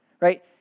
Right